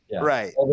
Right